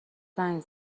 زنگ